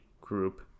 group